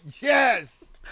Yes